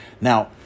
Now